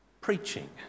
preaching